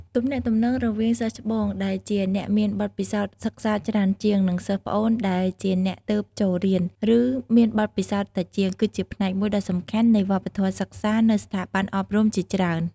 ទំនាក់ទំនងរវាង សិស្សច្បង ដែលជាអ្នកមានបទពិសោធន៍សិក្សាច្រើនជាង និង សិស្សប្អូន ដែលជាអ្នកទើបចូលរៀន ឬមានបទពិសោធន៍តិចជាង គឺជាផ្នែកមួយដ៏សំខាន់នៃវប្បធម៌សិក្សានៅស្ថាប័នអប់រំជាច្រើន។